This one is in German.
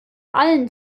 allen